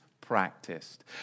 practiced